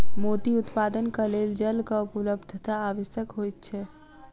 मोती उत्पादनक लेल जलक उपलब्धता आवश्यक होइत छै